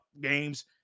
games